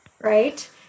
right